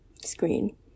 screen